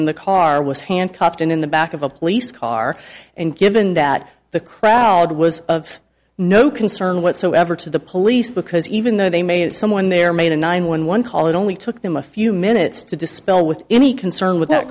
in the car was handcuffed and in the back of a police car and given that the crowd was of no concern whatsoever to the police because even though they may have someone there made a nine one one call it only took them a few minutes to dispel with any concern with